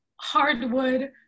hardwood